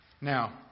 Now